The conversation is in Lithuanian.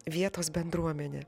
vietos bendruomenė